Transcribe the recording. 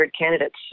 candidates